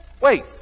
Wait